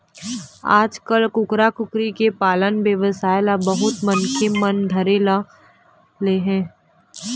आजकाल कुकरा, कुकरी के पालन बेवसाय ल बहुत मनखे मन करे ल धर ले हे